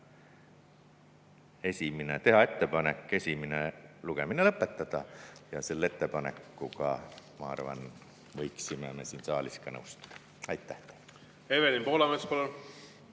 otsustati teha ettepanek esimene lugemine lõpetada. Selle ettepanekuga, ma arvan, võiksime me siin saalis ka nõustuda. Aitäh! Evelin Poolamets,